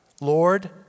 Lord